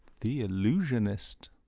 the allusionist!